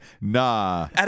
Nah